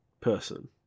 person